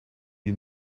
you